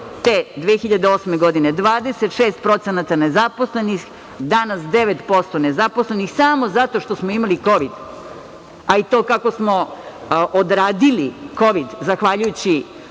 te 2008. godine 26% nezaposlenih, danas 9% nezaposlenih, samo zato što smo imali kovid, a i to kako smo odradili kovid, zahvaljujući